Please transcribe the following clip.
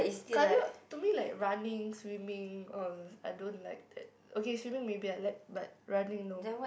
cardio to me like running swimming all I don't like that okay swimming maybe I like but running no